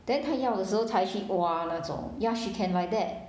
then 她要的时候才去挖那种 ya she can like that